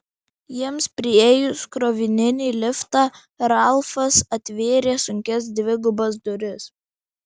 jiems priėjus krovininį liftą ralfas atvėrė sunkias dvigubas duris